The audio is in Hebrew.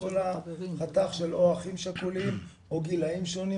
וכל החתך של או אחים שכולים או גילאים שונים,